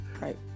Right